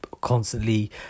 constantly